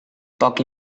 poc